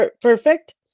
perfect